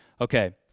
Okay